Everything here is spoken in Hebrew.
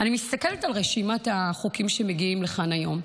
אני מסתכלת על רשימת החוקים שמגיעים לכאן היום.